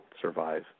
survive